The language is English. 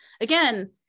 Again